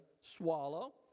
swallow